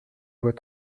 vois